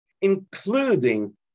including